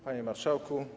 Panie Marszałku!